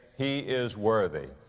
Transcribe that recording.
he is worthy.